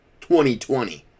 2020